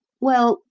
well,